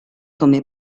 come